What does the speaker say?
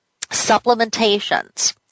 supplementations